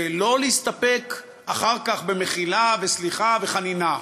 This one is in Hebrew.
לא להסתפק אחר-כך במחילה וסליחה וחנינה,